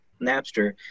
Napster